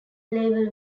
label